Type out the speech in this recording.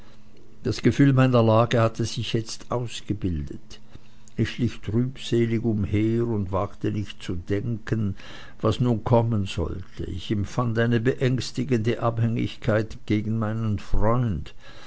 das gefühl meiner lage hatte sich jetzt ganz ausgebildet ich schlich trübselig umher und wagte nicht zu denken was nun kommen sollte ich empfand eine beängstigende abhängigkeit gegen meinen freund